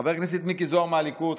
חבר הכנסת מיקי זוהר מהליכוד,